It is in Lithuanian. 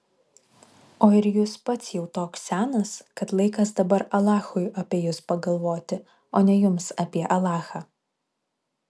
o ir jūs pats jau toks senas kad laikas dabar alachui apie jus pagalvoti o ne jums apie alachą